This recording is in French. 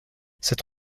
cette